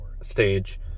stage